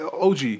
OG